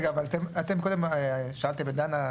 אתם קודם שאלתם את דנה,